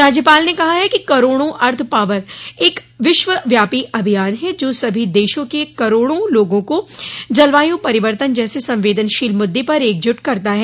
राज्यपाल ने कहा है कि अर्थ आवर एक विश्वव्यापी अभियान है जो सभी देशों के करोड़ों लोगों को जलवायु परिवर्तन जैसे संवेदनशील मुददे पर एकजुट करता है